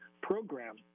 program